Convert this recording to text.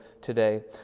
today